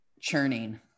churning